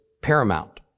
paramount